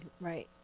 Right